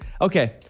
Okay